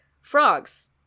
Frogs